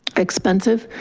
expensive.